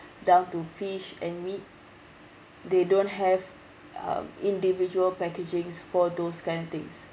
down to fish and meat they don't have uh individual packaging for those kind of things